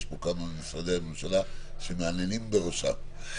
יש פה כמה נציגי משרדי ממשלה שמהנהנים בראשם.